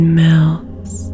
melts